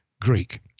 Greek